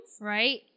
Right